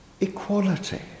equality